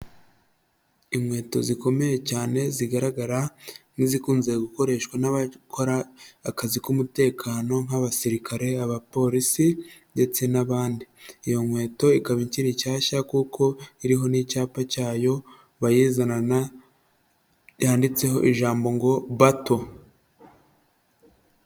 Inkweto zikomeye cyane zigaragara nk'izikunze gukoreshwa n'abakora akazi k'umutekano nk'abasirikare, abapolisi ndetse n'abandi. Iyo nkweto ikaba ikiri shyashya kuko iriho n'icyapa cyayo bayizanana yanditseho ijambo ngo bato.